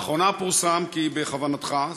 לאחרונה פורסם כי בכוונתך,